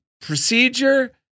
procedure